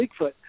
Bigfoot